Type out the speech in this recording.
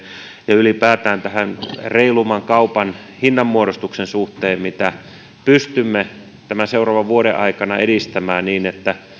ja ylipäätään kaupan reilumman hinnanmuodostuksen suhteen että pystymme tämän vuoden aikana edistämään niitä niin että